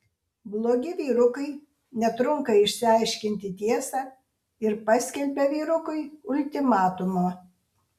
blogi vyrukai netrunka išsiaiškinti tiesą ir paskelbia vyrukui ultimatumą